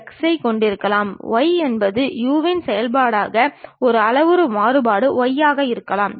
சித்திர வரைபடத்தில் சாய்ந்த திசையில் வட்டத்தை பார்த்தோமேயானால் அது ஒரு நீள்வட்டம் போல தோன்றக்கூடும்